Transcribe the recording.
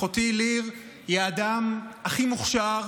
אחותי ליר היא האדם הכי מוכשר,